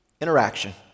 interaction